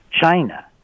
China